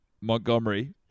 Montgomery